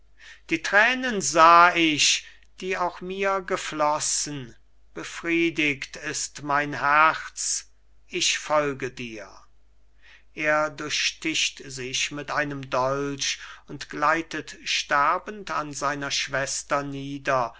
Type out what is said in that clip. welt die thränen sah ich die auch mir geflossen befriedigt ist mein herz ich folge dir er durchsticht sich mit einem dolch und gleitet sterbend an seiner schwester nieder